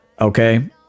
okay